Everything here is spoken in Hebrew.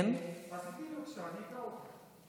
אז תני לי, בבקשה, אני אקרא אותה.